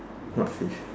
what fish